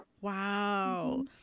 Wow